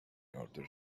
order